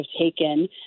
taken